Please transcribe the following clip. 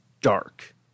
dark